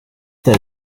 cyane